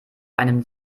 einem